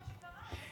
קרה מה שקרה.